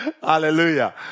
Hallelujah